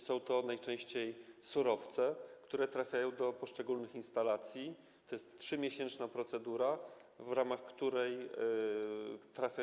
Są to najczęściej surowce, które trafiają do poszczególnych instalacji, jest trzymiesięczna procedura, w ramach której to trafia.